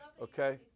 Okay